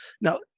Now